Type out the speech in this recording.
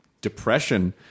depression